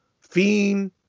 Fiend